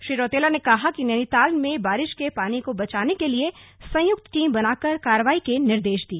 राजीव रौतेला ने कहा कि नैनीताल में बारिश के पानी को बचाने के लिए संयुक्त टीम बनाकर कार्रवाई के निर्देश दिए